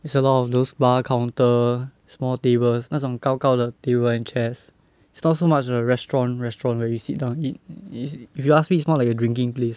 it's a lot of those bar counter small tables 那种高高的 table and chairs it's not so much a restaurant restaurant where you sit down eat if you ask me it's more like a drinking place